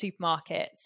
supermarkets